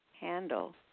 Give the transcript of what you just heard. handle